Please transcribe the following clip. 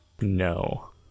No